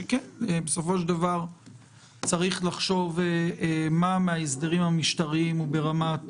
שבסופו של דבר צריך לחשוב מה מן ההסדרים המשטריים הוא ברמת